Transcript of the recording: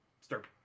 start